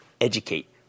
educate